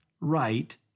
right